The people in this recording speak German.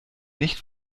nicht